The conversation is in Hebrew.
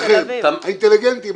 מותר לכם, האינטליגנטים.